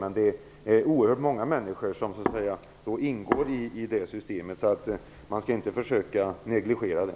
Men det är oerhört många människor som ingår i det systemet, så man skall inte försöka att negligera det.